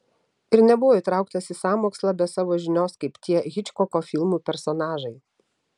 ir nebuvo įtrauktas į sąmokslą be savo žinios kaip tie hičkoko filmų personažai